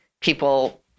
people